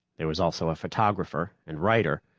there was also a photographer and writer,